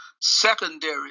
secondary